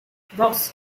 dos